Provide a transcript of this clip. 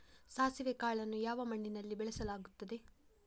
ಸಾಸಿವೆ ಕಾಳನ್ನು ಯಾವ ಮಣ್ಣಿನಲ್ಲಿ ಬೆಳೆಸಲಾಗುತ್ತದೆ?